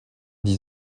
dix